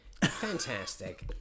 fantastic